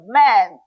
men